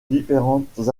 différentes